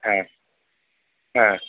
ह ह